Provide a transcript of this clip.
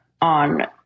on